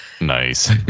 nice